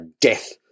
death